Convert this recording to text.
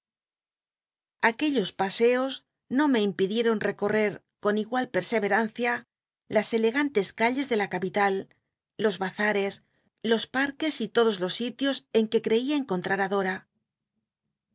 aquellos paseos nq me irnpidiei'on ecorrer con igual perseverancia las elegantes calles de la capital los bazares los parques y lodos los sit ios en que creia encontr ar á dora